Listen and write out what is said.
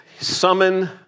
Summon